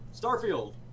Starfield